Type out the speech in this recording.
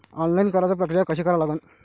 Online कराच प्रक्रिया कशी करा लागन?